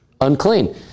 Unclean